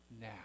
now